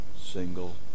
single